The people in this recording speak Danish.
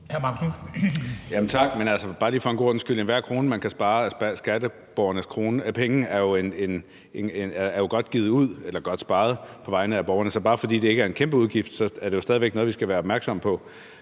Tak. Men bare lige for en god ordens skyld: Enhver krone, man kan spare af skatteborgernes penge, er jo godt sparet på vegne af borgerne. Så selv om det ikke er en kæmpe udgift, er det jo stadig væk noget, som vi skal være opmærksomme på.